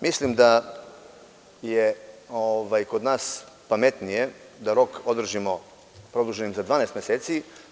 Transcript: Mislim da je kod nas pametnije da rok održimo produženim za 12 meseci.